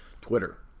twitter